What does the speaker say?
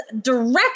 direct